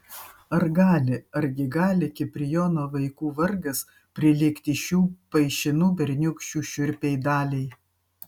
ar gali argi gali kiprijono vaikų vargas prilygti šių paišinų berniūkščių šiurpiai daliai